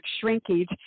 shrinkage